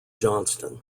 johnston